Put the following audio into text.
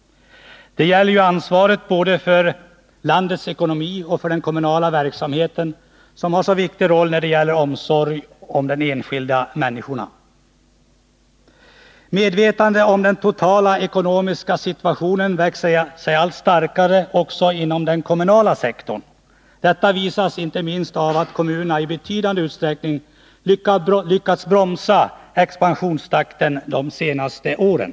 Det är ju fråga om ansvaret både för landets ekonomi och för den kommunala verksamheten, som ju är av stor vikt när det gäller omsorgen om de enskilda människorna. Medvetandet om den totala ekonomiska situationen växer sig allt starkare också inom den kommunala sektorn. Detta visas inte minst av att kommunerna i betydande utsträckning lyckats bromsa expansionstakten de senaste åren.